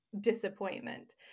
disappointment